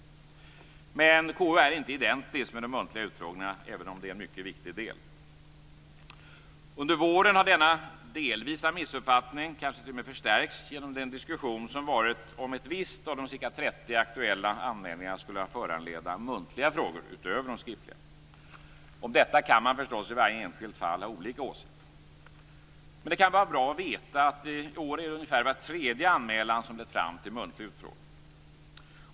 Men KU är inte identiskt med de muntliga utfrågningarna, även om det är en mycket viktig del. Under våren har denna delvisa missuppfattning kanske t.o.m. förstärkts genom den diskussion som förts om ett visst av de ca 30 aktuella anmälningar som skulle föranleda muntliga frågor utöver de skriftliga. Om detta kan man förstås i varje enskilt fall ha olika åsikter. Men det kan vara bra att veta att det i år är ungefär var tredje anmälan som lett fram till muntlig utfrågning.